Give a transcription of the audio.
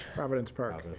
providence park.